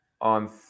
on